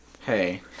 Hey